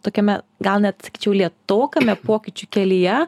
tokiame gal net sakyčiau lėtokame pokyčių kelyje